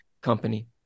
company